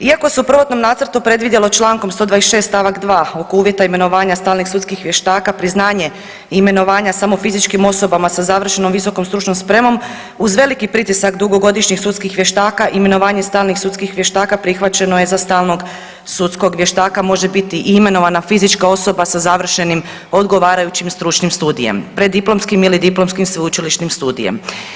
Iako se u prvotnom nacrtu predvidjelo Člankom 126. stavak 2. oko uvjeta imenovanja stalnih sudskih vještaka priznanje imenovanja samo fizičkim osobama sa završenom visokom stručnom spremom, uz veliki pritisak dugogodišnjih sudskih vještaka imenovanje stalnih sudskih vještaka prihvaćeno je za stalnog sudskog vještaka može biti i imenovana fizička osoba sa završenim odgovarajućim stručnim studijem, preddiplomskim ili diplomskim sveučilišnim studijem.